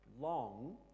Long